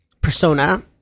persona